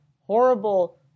Horrible